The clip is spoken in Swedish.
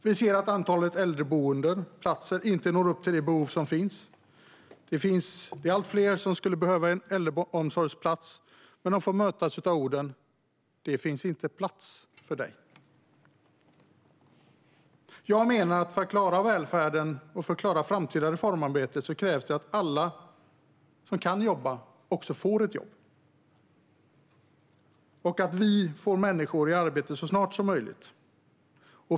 Vi ser att antalet äldreboendeplatser inte når upp till det behov som finns. Det är allt fler som skulle behöva en äldreomsorgsplats, men de möts av orden: Det finns inte plats för dig. Jag menar att för att klara välfärden och det framtida reformarbetet krävs det att alla som kan jobba också får ett jobb och att vi får människor i arbete så snart som möjligt.